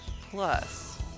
plus